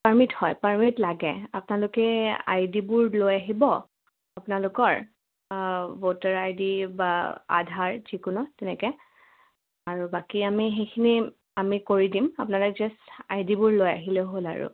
permit হয় permit লাগে আপোনালোকে আই ডিবোৰ লৈ আহিব আপোনালোকৰ ভোটাৰ আই ডি বা আধাৰ যিকোনো তেনেকৈ আৰু বাকী আমি সেইখিনি আমি কৰি দিম আপোনালোক জাষ্ট আই ডিবোৰ লৈ আহিলে হ'ল আৰু